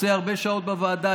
עושה הרבה שעות בוועדה,